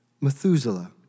Methuselah